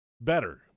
Better